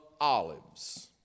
Olives